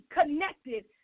connected